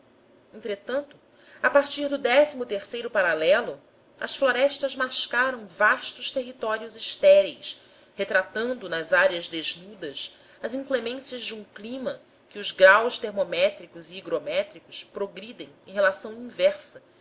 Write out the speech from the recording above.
entretanto a partir do o paralelo as florestas mascaram vastos territórios estéreis retratando nas áreas desnudas as inclemências de um clima em que os graus termométrico e higrométrico progridem em relação inversa